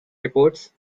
reports